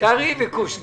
קרעי וקושניר.